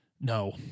No